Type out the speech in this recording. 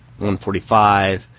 145